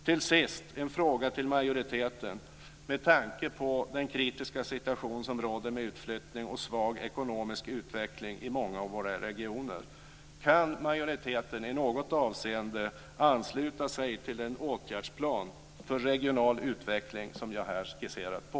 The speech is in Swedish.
Till sist vill jag ställa en fråga till majoriteten med tanke på den kritiska situation som råder med utflyttning och svag ekonomisk utveckling i många av våra regioner. Kan majoriteten i något avseende ansluta sig till en åtgärdsplan för regional utveckling som jag här har skisserat på?